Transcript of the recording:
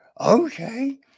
okay